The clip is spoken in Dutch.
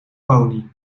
pony